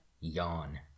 Yawn